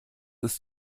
ist